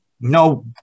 No